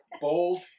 Bold